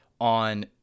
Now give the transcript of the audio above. on